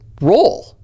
role